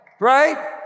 Right